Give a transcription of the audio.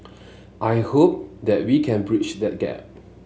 I hope that we can breach that gap